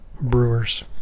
brewers